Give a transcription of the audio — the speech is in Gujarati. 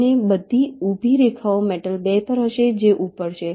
અને બધી ઊભી રેખાઓ મેટલ 2 હશે જે ઉપર છે